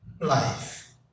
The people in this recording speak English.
life